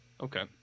Okay